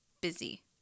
busy